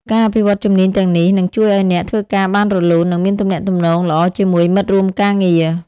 ការអភិវឌ្ឍជំនាញទាំងនេះនឹងជួយឱ្យអ្នកធ្វើការបានរលូន និងមានទំនាក់ទំនងល្អជាមួយមិត្តរួមការងារ។